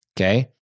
Okay